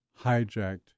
hijacked